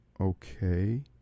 okay